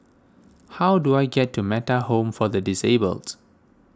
how do I get to Metta Home for the Disabled